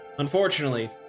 Unfortunately